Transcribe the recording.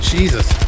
Jesus